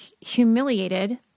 humiliated